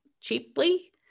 cheaply